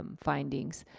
um findings.